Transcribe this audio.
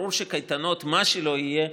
ברור שקייטנות, מה שלא יהיה,